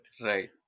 Right